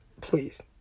please